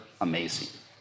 amazing